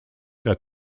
that